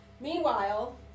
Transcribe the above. Meanwhile